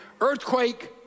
earthquake